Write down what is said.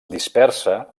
dispersa